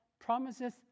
promises